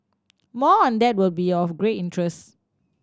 more on that would be of great interest